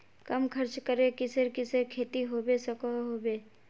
कम खर्च करे किसेर किसेर खेती होबे सकोहो होबे?